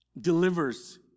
delivers